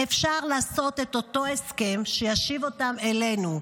אפשר לעשות את אותו הסכם שישיב אותם אלינו.